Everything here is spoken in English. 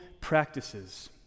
practices